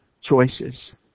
choices